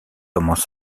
commence